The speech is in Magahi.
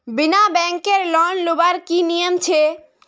बिना बैंकेर लोन लुबार की नियम छे?